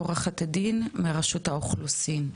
עוה"ד מרשות האוכלוסין,